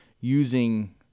using